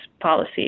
policy